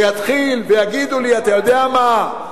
שיתחיל ויגידו לי: אתה יודע מה?